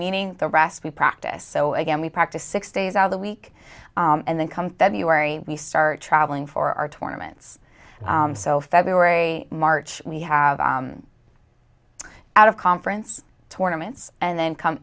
meeting the rest we practice so again we practice six days out of the week and then come february we start traveling for our tournament's so february march we have out of conference tournaments and then come